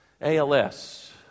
ALS